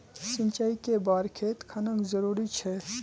सिंचाई कै बार खेत खानोक जरुरी छै?